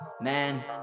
Man